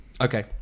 Okay